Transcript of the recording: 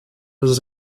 was